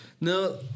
no